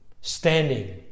Standing